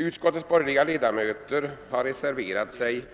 Vi borgerliga ledamöter av utskottet har reserverat oss för